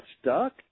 stuck